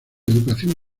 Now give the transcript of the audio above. educación